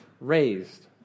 raised